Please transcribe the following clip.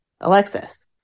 Alexis